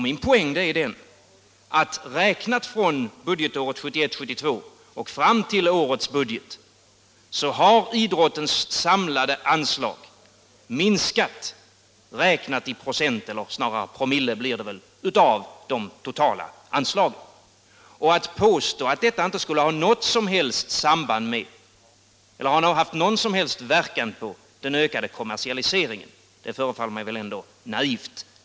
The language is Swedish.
Min poäng är att från budgetåret 1971/72 och fram till årets budget har idrottens samlade anslag minskat, räknat i procent — det blir väl snarare promille — av de totala anslagen. Att påstå att detta inte skulle ha något som helst samband med eller har haft någon som helst verkan på den ökade kommersialiseringen förefaller mig naivt.